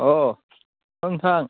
अह नोंथां